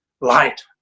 light